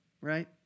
right